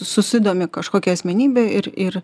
susidomi kažkokia asmenybė ir ir